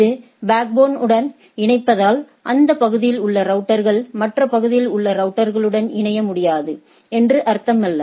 இது பேக்போன் உடன் இணைப்பதால் அந்த பகுதியில் உள்ள ரவுட்டர்கள் மற்ற பகுதியில் உள்ள ரவுட்டர்களுடன் இணைய முடியாது என்று அர்த்தமல்ல